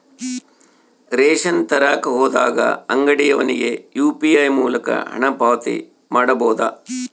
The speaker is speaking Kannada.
ರೇಷನ್ ತರಕ ಹೋದಾಗ ಅಂಗಡಿಯವನಿಗೆ ಯು.ಪಿ.ಐ ಮೂಲಕ ಹಣ ಪಾವತಿ ಮಾಡಬಹುದಾ?